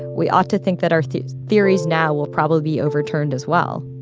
we ought to think that our theories theories now will probably be overturned as well